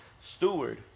steward